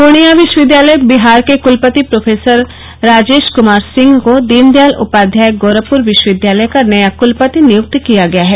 पुर्णिया विश्वविद्यालय बिहार के कुलपति प्रोफेसर राजेश कुमार सिंह को दीनदयालय उपाध्याय गोरखपुर विश्वविद्यालय का नया कलपति नियुक्त किया गया है